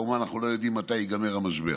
כמובן שאנחנו לא יודעים מתי ייגמר המשבר.